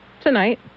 tonight